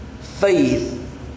Faith